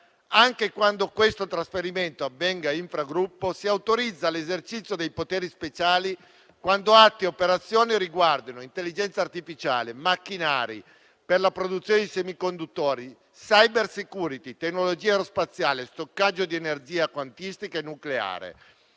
Anche quando questo trasferimento avvenga infragruppo, si autorizza l'esercizio dei poteri speciali quando atti e operazioni riguardino intelligenza artificiale, macchinari per la produzione di semiconduttori, *cybersecurity*, tecnologia aerospaziale, stoccaggio di energia quantistica e nucleare.